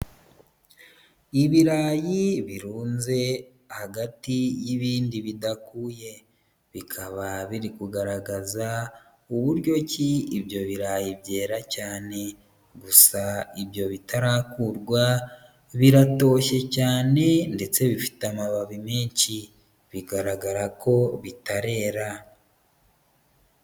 Ibirayi birunze hagati y'ibindi bidakuye, bikaba biri kugaragaza uburyo ki ibyo birayi byera cyane gusa ibyo bitarakurwa biratoshye cyane ndetse bifite amababi menshi, bigaragara ko bitarera.